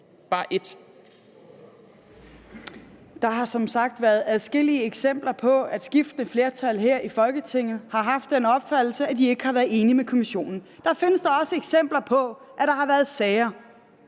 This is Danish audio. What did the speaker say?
Løhde (V): Der har som sagt været adskillige eksempler på, at skiftende flertal her i Folketinget har haft den opfattelse, at de ikke har været enige med Kommissionen. Der findes da også eksempler på, at der har været sager,